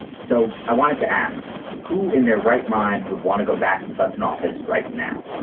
so i wanted to ask who in their right mind would want to go back to such an office right now?